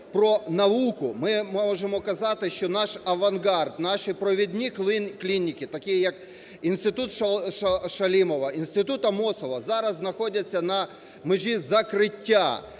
про науку, ми можемо казати, що наш авангард, наші провідні клініки такі, як інститут Шалімова, інститут Амосова зараз знаходяться на межі закриття,